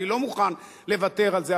אני לא מוכן לוותר על זה,